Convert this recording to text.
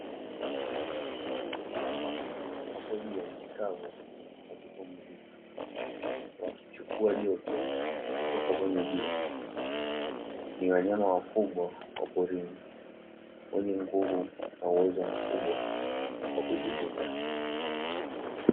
Mamba wapo juu ya nchi kavu wakipumzika, wakichukua joto kutoka kwenye jua ni wanyama wakubwa wa porini wenye nguvu na uwezo wa kujilinda.